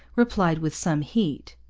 replied with some heat.